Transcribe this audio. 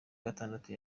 gatandatu